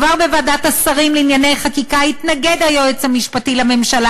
כבר בוועדת השרים לענייני חקיקה התנגד היועץ המשפטי לממשלה